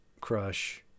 crush